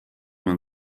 man